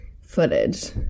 footage